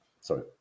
sorry